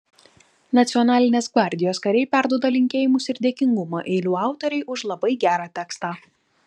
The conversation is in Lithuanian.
nacionalinės gvardijos kariai perduoda linkėjimus ir dėkingumą eilių autorei už labai gerą tekstą